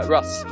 Russ